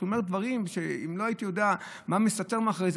איך שהוא אומר דברים שאם לא היית יודע מה מסתתר מאחורי זה,